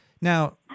Now